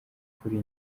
kuri